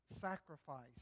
sacrifice